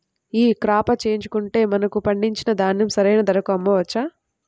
ఈ క్రాప చేయించుకుంటే మనము పండించిన ధాన్యం సరైన ధరకు అమ్మవచ్చా?